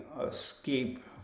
escape